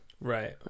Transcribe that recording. Right